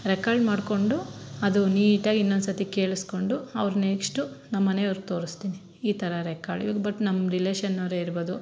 record ಮಾಡಿಕೊಂಡು ಅದು ನೀಟಾಗಿ ಇನ್ನೊಂದ್ಸತಿ ಕೇಳಿಸ್ಕೊಂಡು ಅವ್ರ ನೆಕ್ಶ್ಟು ನಮ್ಮನೆಯವ್ರ್ಗೆ ತೋರಿಸ್ತಿನಿ ಈ ಥರ ರೆಕಾರ್ಡ್ ಇವ್ರು ಬಟ್ ನಮ್ಮ ರಿಲೇಷನವರೇ ಇರ್ಬೊದು